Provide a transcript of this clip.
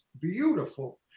beautiful